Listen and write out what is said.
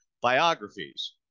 biographies